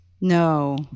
No